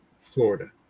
Florida